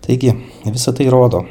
taigi visa tai rodo